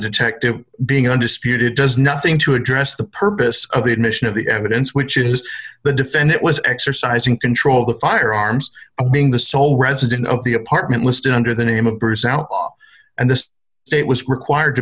detective being undisputed does nothing to address the purpose of the admission of the evidence which it has the defend it was exercising control the firearms being the sole resident of the apartment listed under the name of bruce outlaw and this state was required to